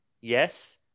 Yes